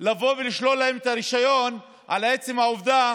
לשלול להם את הרישיון בגלל עצם העובדה